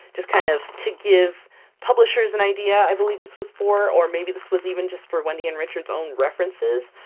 just kind of, to give publishers an idea, i believe this was for. or maybe this was even just for wendy and richard's own references.